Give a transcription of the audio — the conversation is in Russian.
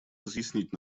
разъяснить